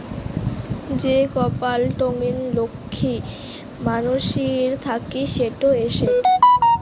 যে কপাল টঙ্নি লক্ষী মানসির থাকি সেটো এসেট